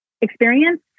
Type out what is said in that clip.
experience